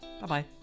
Bye-bye